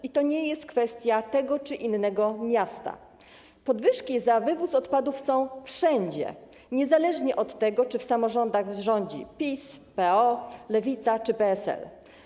I to nie jest kwestia tego czy innego miasta, podwyżki opłat za wywóz odpadów są wszędzie niezależnie od tego, czy w samorządach rządzi PiS, PO, Lewica czy PSL.